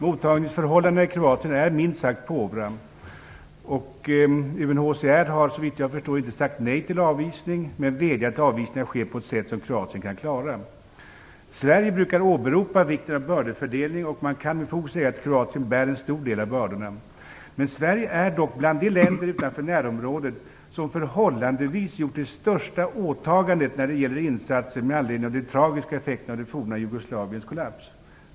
Mottagningsförhållandena i Kroatien är minst sagt påvra. UNHCR har såvitt jag förstår inte sagt nej till avvisning, men vädjat att avvisningen skall ske på ett sätt som Kroatien kan klara. Sverige brukar åberopa vikten av bördefördelning, och man kan med fog säga att Kroatien bär en stor del av bördorna. Men Sverige är dock bland de länder utanför närområdet som förhållandevis gjort det största åtagandet när det gäller insatser med anledning av de tragiska effekterna av det forna Jugoslaviens kollaps.